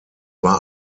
war